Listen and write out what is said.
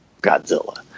godzilla